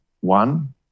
one